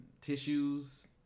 tissues